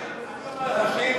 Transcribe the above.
אני אומר לך שאם אנשים,